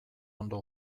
ondo